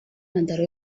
ntandaro